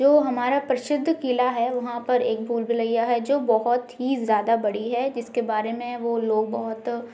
जो हमारा प्रसिद्ध किला है वहाँ पर एक भूल भुलैया है जो बहुत ही ज़्यादा बड़ी है जिसके बारे में वो लोग बहुत